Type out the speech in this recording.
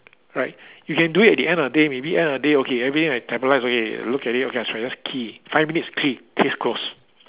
right you can do it at the end of the day maybe at the end of the day okay everyday I okay I look at it okay I should just key five minutes key case closed